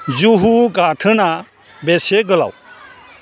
जुहु गाथोना बेसे गोलाव